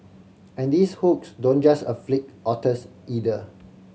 and these hooks don't just afflict otters either